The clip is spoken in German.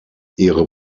ihre